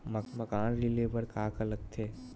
मकान ऋण ले बर का का लगथे?